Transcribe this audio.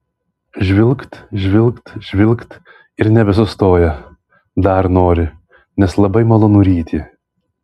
žvilgt žvilgt žvilgt ir nebesustoja dar nori nes labai malonu ryti